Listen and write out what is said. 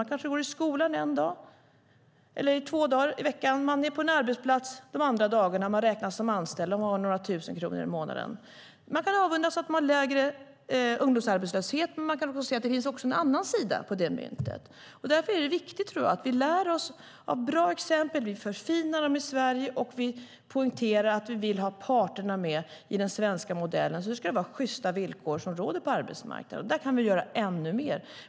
Man går i skolan två dagar i veckan, man är på arbetsplatsen de andra dagarna och man räknas som anställd med några tusen kronor i månaden. Vi kan avundas att dessa länder har lägre ungdomsarbetslöshet, men vi kan också se att det finns en annan sida av myntet. Därför är det viktigt att vi lär oss av bra exempel, att vi förfinar dem i Sverige och att vi poängterar att vi vill ha parterna med i den svenska modellen. Sjysta villkor ska råda på arbetsmarknaden. Där kan vi göra ännu mer.